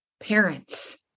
parents